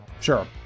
Sure